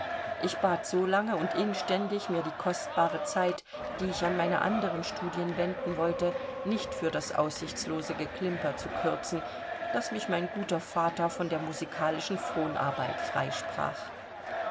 ich bat so lange und inständig mir die kostbare zeit die ich an meine anderen studien wenden wollte nicht für das aussichtslose geklimper zu kürzen daß mich mein guter vater von der musikalischen